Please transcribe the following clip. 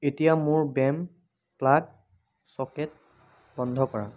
এতিয়া মোৰ বেম প্লাগ চ'কেট বন্ধ কৰা